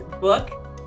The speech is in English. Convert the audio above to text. book